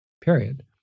period